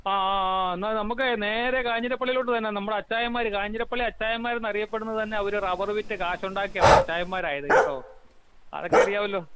ആ ആ ആ എന്നാൽ നമുക്കേ നേരെ കാഞ്ഞിരപ്പള്ളിയിലോട്ട് തന്നെ നമ്മുടെ അച്ചായന്മ്മാര് കാഞ്ഞിരപ്പള്ളി അച്ചായമ്മാരെന്നറിയപ്പെടുന്നത് തന്നെ അവര് റബർ വിറ്റ് കാശ് ഉണ്ടാക്കിയതാണ് അവരച്ചായമ്മാരായത് കേട്ടോ അതൊക്കെ അറിയാവല്ലോ